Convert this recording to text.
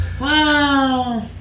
Wow